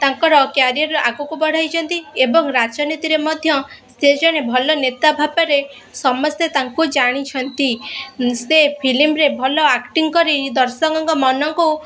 ତାଙ୍କର କ୍ୟାରିଅର୍ ଆଗକୁ ବଢ଼ାଇଛନ୍ତି ଏବଂ ରାଜନୀତିରେ ମଧ୍ୟ ସେ ଜଣେ ଭଲ ନେତା ଭାବରେ ସମସ୍ତେ ତାଙ୍କୁ ଜାଣିଛନ୍ତି ସେ ଫିଲ୍ମରେ ଭଲ ଆକ୍ଟିଙ୍ଗ୍ କରି ଦର୍ଶକଙ୍କ ମନକୁ